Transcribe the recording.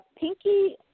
pinky